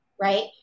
Right